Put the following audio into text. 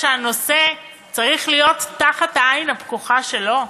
שהנושא צריך להיות תחת העין הפקוחה שלו?